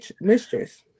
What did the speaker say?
mistress